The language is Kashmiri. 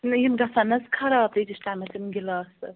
نَہ یِم گَژھان نَہ اسہِ خراب تیٖتِس ٹایمس یِم گِلاسہٕ